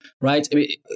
right